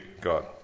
God